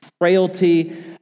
frailty